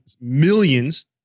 millions